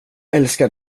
älskar